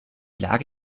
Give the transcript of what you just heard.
lage